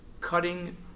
Cutting